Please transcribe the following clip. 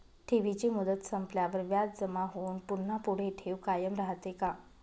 ठेवीची मुदत संपल्यावर व्याज जमा होऊन पुन्हा पुढे ठेव कायम राहते का?